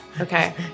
Okay